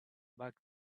back